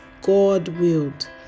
God-willed